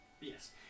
Yes